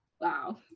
wow